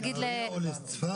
נגיד לצפת,